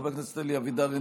חבר הכנסת אלי אבידר,